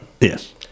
yes